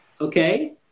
okay